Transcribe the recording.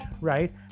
right